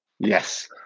Yes